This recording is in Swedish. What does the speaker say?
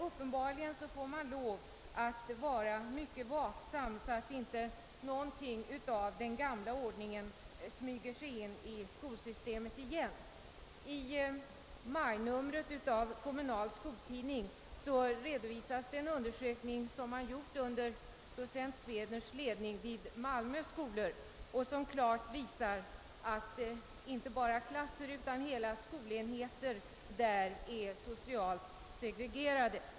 Uppenbarligen måste vi vara mycket vaksamma så att inte något av den gamla ordningen smyger sig in i skolsystemet igen. I majnumret av Kommunal skoltidning redovisas en undersökning som har gjorts under docent Swedners ledning vi Malmös skolor och som klart visar att inte bara klasser utan hela skolenheter där är socialt segregerade.